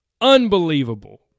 unbelievable